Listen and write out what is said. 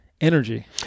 energy